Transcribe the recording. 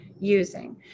using